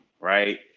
right